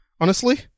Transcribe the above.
Honestly